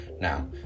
Now